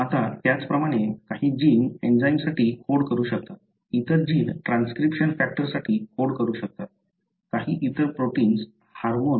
आता त्याचप्रमाणे काही जीन एंजाइमसाठी कोड करू शकतात इतर जीन ट्रान्सक्रिप्शन फॅक्टरसाठी कोड करू शकतात काही इतर प्रोटिन्स हार्मोन इत्यादीसाठी कोड करू शकतात